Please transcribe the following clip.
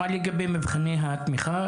מה לגבי מבחני התמיכה,